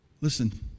Listen